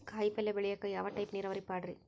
ಕಾಯಿಪಲ್ಯ ಬೆಳಿಯಾಕ ಯಾವ ಟೈಪ್ ನೇರಾವರಿ ಪಾಡ್ರೇ?